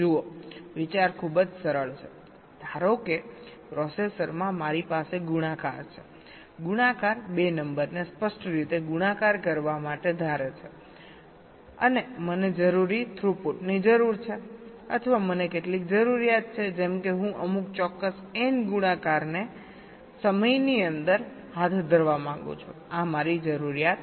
જુઓ વિચાર ખૂબ જ સરળ છેધારો કે પ્રોસેસરમાં મારી પાસે ગુણાકાર છે ગુણાકાર 2 નંબરને સ્પષ્ટ રીતે ગુણાકાર કરવા માટે ધારે છે અને મને જરૂરી થ્રુપુટ ની જરૂર છે અથવા મને કેટલીક જરૂરિયાત છે જેમ કે હું અમુક ચોક્કસ n ગુણાકારને સમયની અંદર હાથ ધરવા માંગુ છું આ મારી જરૂરિયાત છે